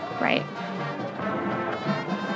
Right